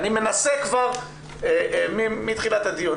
אני מנסה כבר להבין מתחילת הדיון.